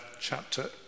chapter